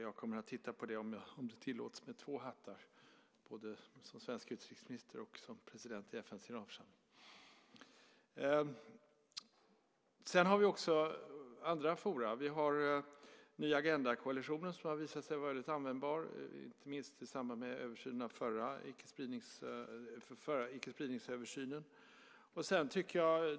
Jag kommer att titta på det med, om det tillåts, två hattar både som svensk utrikesminister och som president i FN:s generalförsamling. Sedan har vi andra forum. Vi har koalitionen för en ny agenda, som har visat sig väldigt användbar, inte minst i samband med förra icke-spridningsöversynen.